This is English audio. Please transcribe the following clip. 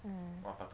mm